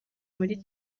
muri